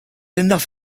enough